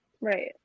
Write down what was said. right